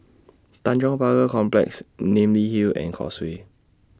Tanjong Pagar Complex Namly Hill and Causeway